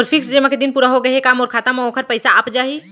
मोर fix जेमा के दिन पूरा होगे हे का मोर खाता म वोखर पइसा आप जाही?